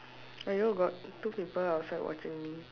!aiyo! got two people outside watching me